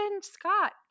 Scott